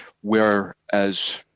whereas